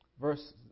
verse